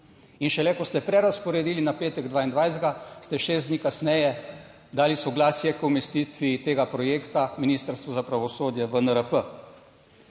In šele, ko ste prerazporedili na petek, 22., ste šest dni kasneje dali soglasje k umestitvi tega projekta Ministrstvo za pravosodje v NRP.